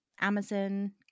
Amazon